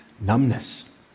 numbness